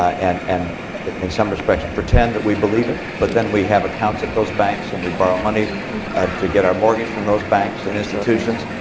and in some respects, pretend that we believe it. but then, we have accounts at those banks. and we borrow money to get our mortgage from those banks and institutions.